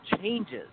changes